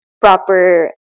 proper